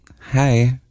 Hi